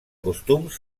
costums